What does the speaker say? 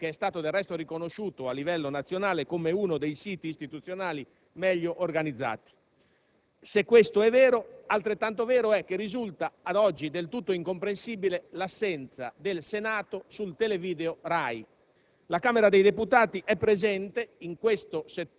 la gestione e l'organizzazione del sito Internet del Senato, che è stato del resto riconosciuto a livello nazionale come uno dei siti istituzionali meglio organizzati. Se questo è vero, è altrettanto vero che risulta ad oggi del tutto incomprensibile l'assenza del Senato su Televideo RAI.